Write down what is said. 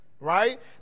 right